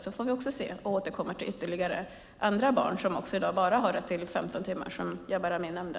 Sedan får vi återkomma till frågan om andra barn som i dag bara har rätt till 15 timmar, som Jabar Amin nämnde.